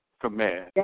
command